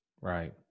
Right